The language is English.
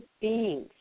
beings